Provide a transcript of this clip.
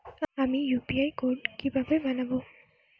আমি UPI code কিভাবে বানাব?